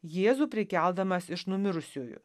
jėzų prikeldamas iš numirusiųjų